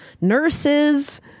nurses